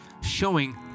showing